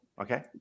Okay